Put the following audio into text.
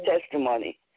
testimony